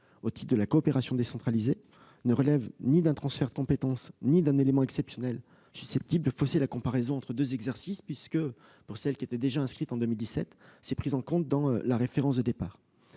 au titre de la coopération décentralisée ne relève ni d'un transfert de compétences ni d'un élément exceptionnel susceptible de fausser la comparaison entre deux exercices. En effet, pour les dépenses qui étaient déjà inscrites en 2017, cela est pris en compte dans la référence de départ.